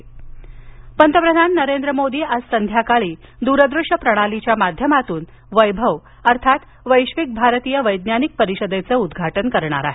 वैभव पंतप्रधान नरेंद्र मोदी आज संध्याकाळी दूरदृश्य प्रणालीच्या माध्यमातून वैभव अर्थात वैश्विक भारतीय वैज्ञानिक परिषदेच उद्घाटन करणार आहेत